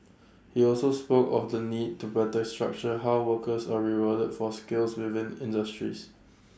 he also spoke of the need to better structure how workers are rewarded for skills within industries